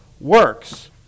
works